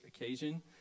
occasion